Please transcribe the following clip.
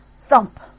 thump